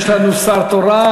יש לנו שר תורן.